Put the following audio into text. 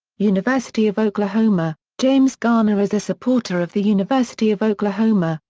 university of oklahoma james garner is a supporter of the university of oklahoma,